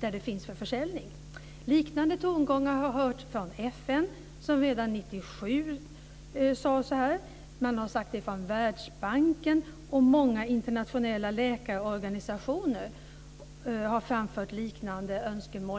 där de finns till försäljning. Liknande tongångar har hörts av FN, som redan 1997 sade så. Det har sagts av Världsbanken, och många internationella läkarorganisationer har framfört liknande önskemål.